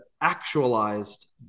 actualized